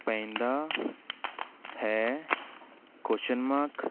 ਪੈਂਦਾ ਹੈ question mark